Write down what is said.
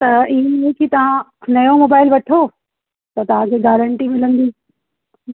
त ईअं आहे की तव्हां नयो मोबाइल वठो त तव्हांखे गारेंटी मिलंदी